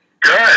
Good